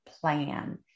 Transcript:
plan